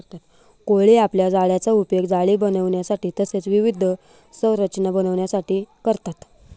कोळी आपल्या जाळ्याचा उपयोग जाळी बनविण्यासाठी तसेच विविध संरचना बनविण्यासाठी करतात